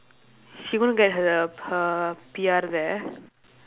she going get her her P_R there